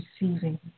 receiving